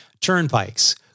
turnpikes